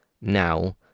now